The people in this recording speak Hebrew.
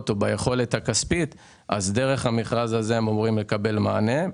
או בגלל היכולת הכספית שלהן אמורות לקבל מענה.